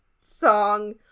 song